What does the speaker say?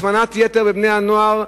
השמנת יתר של בני-הנוער,